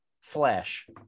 flash